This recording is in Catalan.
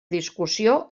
discussió